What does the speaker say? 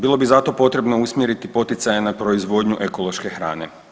Bilo bi zato potrebno usmjeriti poticaje na proizvodnju ekološke hrane.